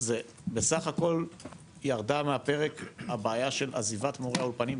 זה בסך הכל ירדה מהפרק הבעיה של עזיבת מורי האולפנים,